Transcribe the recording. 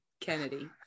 Kennedy